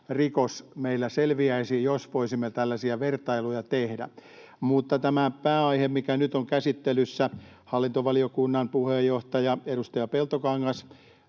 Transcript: rikos meillä selviäisi, jos voisimme tällaisia vertailuja tehdä. Mutta tästä pääaiheesta, mikä nyt on käsittelyssä, hallintovaliokunnan puheenjohtaja, edustaja Peltokangas